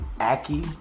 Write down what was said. Aki